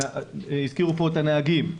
הזכירו פה את הנהגים,